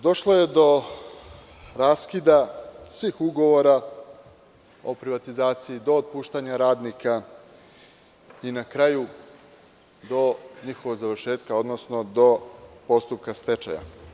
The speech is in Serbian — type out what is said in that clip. Došlo je do raskida svih ugovora o privatizaciji, do otpuštanja radnika i na kraju do njihovog završetka, odnosno do postupka stečaja.